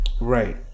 Right